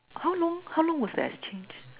how long how long was the exchange